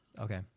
Okay